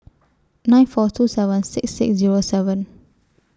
nine four two seven six six Zero seven